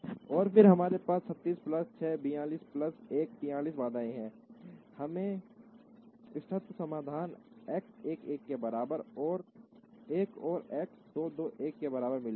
और फिर हमारे पास 36 प्लस 6 42 प्लस 1 43 बाधाएं हैं हमें इष्टतम समाधान एक्स 1 1 के बराबर 1 और एक्स 2 2 1 के बराबर मिलेगा